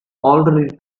already